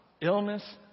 illness